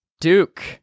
Duke